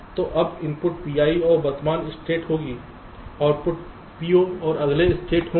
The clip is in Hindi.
तो अब इनपुट PI और वर्तमान स्टेट होगी आउटपुट PO और अगले स्टेट होंगे